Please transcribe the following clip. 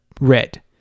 red